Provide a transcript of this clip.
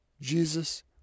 Jesus